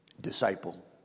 disciple